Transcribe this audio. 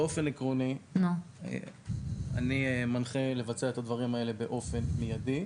באופן עקרוני אני מנחה לבצע את הדברים האלה באופן מיידי.